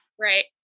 Right